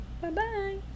Bye-bye